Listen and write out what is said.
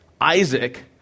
Isaac